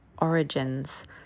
origins